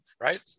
right